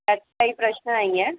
त्यात काही प्रश्न नाही आहे